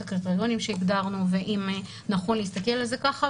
הקריטריונים שהגדרנו ואם נכון להסתכל על זה כך,